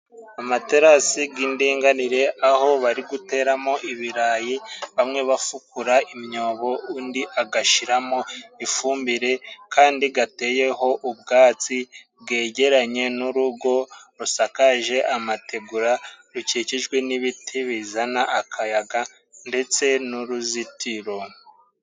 Amaterasi g'indinganire aho bari guteramo ibirayi, bamwe bafukura imyobo undi agashyiramo ifumbire kandi gateyeho ubwatsi bwegeranye n'urugo rusakaje amategura rukikijwe n'ibiti bizana akayaga ndetse n'uruzitiro.